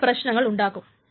ഇത് പ്രശ്നങ്ങൾ ഉണ്ടാക്കും